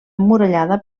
emmurallada